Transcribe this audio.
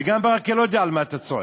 וגם ברכה לא יודע על מה אתה צועק,